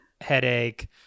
headache